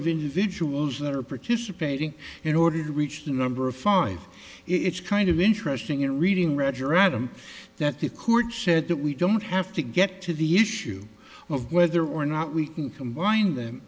of individuals that are participating in order to reach the number of five it's kind of interesting in reading read your adam that the court said that we don't have to get to the issue of whether or not we can combine them